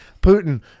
Putin